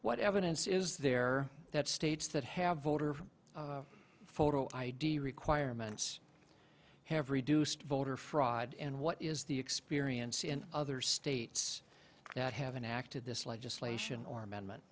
what evidence is there that states that have voter photo id requirements have reduced voter fraud and what is the experience in other states that haven't acted this legislation or amendment